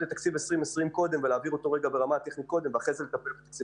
קודם את תקציב 2020 ולהעביר אותו ואחר כך לטפל בתקציב